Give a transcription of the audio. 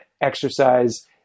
exercise